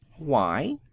why?